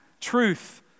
truth